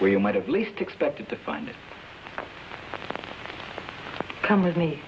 where you might have least expected to find it's come with me